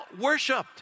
worshipped